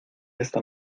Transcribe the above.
esta